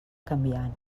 canviant